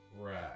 Right